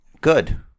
Good